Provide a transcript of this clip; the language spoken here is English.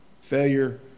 Failure